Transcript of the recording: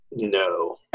No